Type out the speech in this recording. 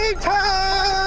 time